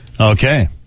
Okay